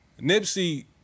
Nipsey